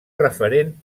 referent